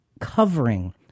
covering